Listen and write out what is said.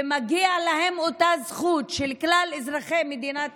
ומגיעה להם אותה זכות של כלל אזרחי מדינת